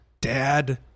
dad